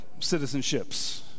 citizenships